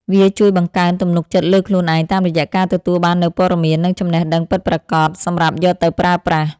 វាជួយបង្កើនទំនុកចិត្តលើខ្លួនឯង តាមរយៈការទទួលបាននូវព័ត៌មាន និងចំណេះដឹងពិតប្រាកដសម្រាប់យកទៅប្រើប្រាស់។